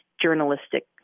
journalistic